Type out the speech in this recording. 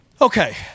Okay